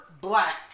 black